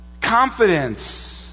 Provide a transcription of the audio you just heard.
confidence